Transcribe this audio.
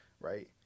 right